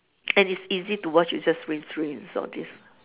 and it's easy to wash you just rinse rinse rinse all this